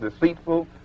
deceitful